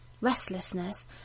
restlessness